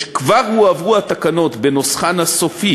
1996, כבר הועברו התקנות בנוסחן הסופי